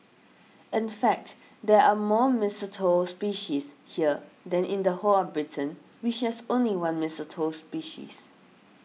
in fact there are more mistletoe species here than in the whole of Britain which has only one mistletoe species